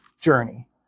journey